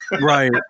right